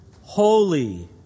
Holy